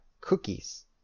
cookies